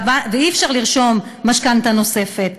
ואי-אפשר לרשום משכנתה נוספת.